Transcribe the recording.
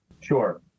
Sure